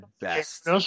best